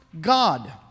God